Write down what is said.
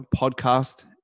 podcast